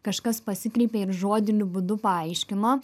kažkas pasikreipė ir žodiniu būdu paaiškino